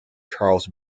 charles